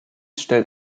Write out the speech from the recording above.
stellt